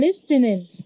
listening